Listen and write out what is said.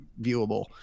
viewable